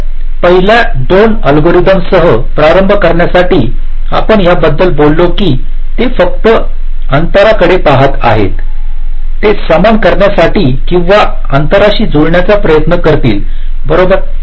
तर पहिल्या दोन अल्गोरिदमसह प्रारंभ करण्यासाठी आपण याबद्दल बोललो की ते फक्त अंतराकडे पहात आहेत ते समान करण्यासाठी किंवा अंतराशी जुळवण्याचा प्रयत्न करतील बरोबर